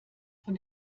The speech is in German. von